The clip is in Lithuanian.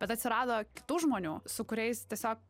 bet atsirado kitų žmonių su kuriais tiesiog